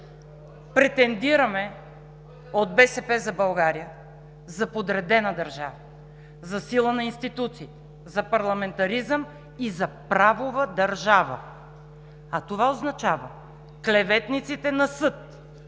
претендираме за подредена държава, за силна институция, за парламентаризъм и за правова държава. Това означава – клеветниците на съд!